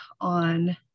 on